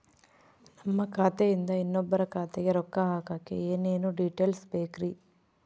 ನಮ್ಮ ಖಾತೆಯಿಂದ ಇನ್ನೊಬ್ಬರ ಖಾತೆಗೆ ರೊಕ್ಕ ಹಾಕಕ್ಕೆ ಏನೇನು ಡೇಟೇಲ್ಸ್ ಬೇಕರಿ?